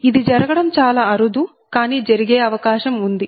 ఇది జరగడం చాలా అరుదు కానీ జరిగే అవకాశం ఉంది